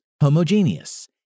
homogeneous